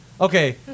Okay